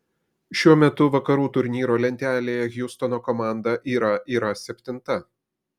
šiuo metu vakarų turnyro lentelėje hjustono komanda yra yra septinta